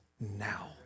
now